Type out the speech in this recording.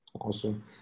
Awesome